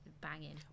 banging